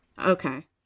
Okay